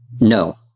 No